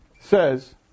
says